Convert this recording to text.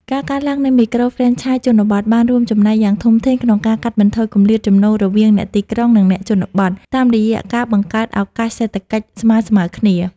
ការកើនឡើងនៃមីក្រូហ្វ្រេនឆាយជនបទ បានរួមចំណែកយ៉ាងធំធេងក្នុងការកាត់បន្ថយគម្លាតចំណូលរវាងអ្នកទីក្រុង និងអ្នកជនបទ តាមរយៈការបង្កើតឱកាសសេដ្ឋកិច្ចស្មើៗគ្នា។